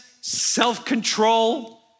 self-control